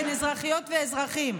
בין אזרחיות ואזרחים,